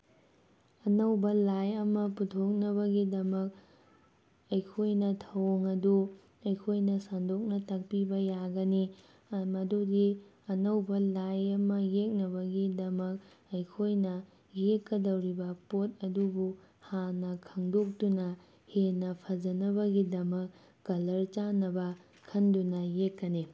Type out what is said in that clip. ꯑꯅꯧꯕ ꯂꯥꯏ ꯑꯃ ꯄꯨꯊꯣꯛꯅꯕꯒꯤꯗꯃꯛ ꯑꯩꯈꯣꯏꯅ ꯊꯧꯑꯣꯡ ꯑꯗꯨ ꯑꯩꯈꯣꯏꯅ ꯁꯟꯗꯣꯛꯅ ꯇꯥꯛꯄꯤꯕ ꯌꯥꯒꯅꯤ ꯃꯗꯨꯒꯤ ꯑꯅꯧꯕ ꯂꯥꯏ ꯑꯃ ꯌꯦꯛꯅꯕꯒꯤꯗꯃꯛ ꯑꯩꯈꯣꯏꯅ ꯌꯦꯛꯀꯗꯧꯔꯤꯕ ꯄꯣꯠ ꯑꯗꯨꯕꯨ ꯍꯥꯟꯅ ꯈꯪꯗꯣꯛꯇꯨꯅ ꯍꯦꯟꯅ ꯐꯖꯅꯕꯒꯤꯗꯃꯛ ꯀꯂꯔ ꯆꯥꯟꯅꯕ ꯈꯟꯗꯨꯅ ꯌꯦꯛꯀꯅꯤ